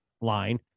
line